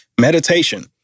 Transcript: Meditation